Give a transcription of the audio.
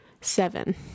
Seven